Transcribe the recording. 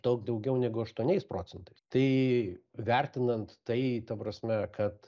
daug daugiau negu aštuoniais procentais tai vertinant tai ta prasme kad